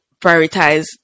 prioritize